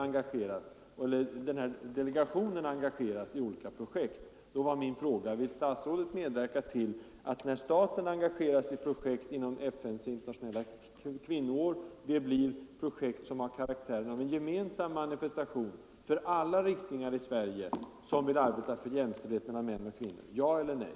Men min fråga var: Vill statsrådet medverka till att det, när staten engagerar sig i projekt inom FN:s internationella kvinnoår, blir insatser som har karaktär av en gemensam manifestation för alla grupper i Sverige som vill arbeta för jämställdhet mellan män och kvinnor — ja eller nej?